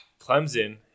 Clemson